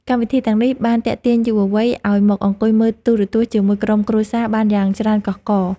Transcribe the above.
កម្មវិធីទាំងនេះបានទាក់ទាញយុវវ័យឱ្យមកអង្គុយមើលទូរទស្សន៍ជាមួយក្រុមគ្រួសារបានយ៉ាងច្រើនកុះករ។